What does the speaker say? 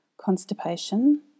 constipation